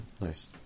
Nice